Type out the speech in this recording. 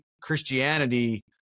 Christianity